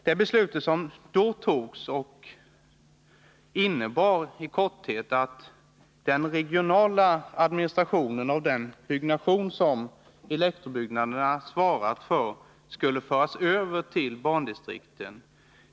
Det beslut som då togs innebar i korthet att den regionala administrationen av den byggnation som elektrobyggnaderna svarat för skulle föras över till bandistrikten.